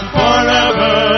forever